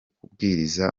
kubwiriza